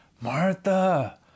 Martha